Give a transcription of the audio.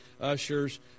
ushers